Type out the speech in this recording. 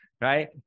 Right